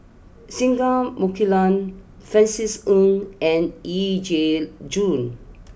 Singai Mukilan Francis Ng and Yee Jenn Jong